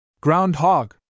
Groundhog